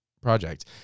project